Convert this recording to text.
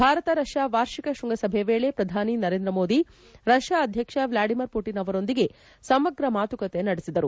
Bharat Russia ವಾರ್ಷಿಕ ಶ್ವಂಗಸಭೆ ವೇಳಿ ಪ್ರಧಾನಿ ನರೇಂದ್ರ ಮೋದಿ ರಷ್ಯಾ ಅಧ್ಯಕ್ಷ ವ್ಲಾಡಿಮಿರ್ ಪುಟಿನ್ ಅವರೊಂದಿಗೆ ಸಮಗ್ರ ಮಾತುಕತೆ ನಡೆಸಿದರು